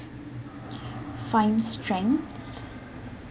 find strength